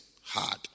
hard